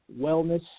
Wellness